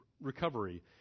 recovery